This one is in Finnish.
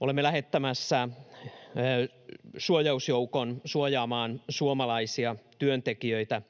Olemme lähettämässä suojausjoukon suojaamaan suomalaisia työntekijöitä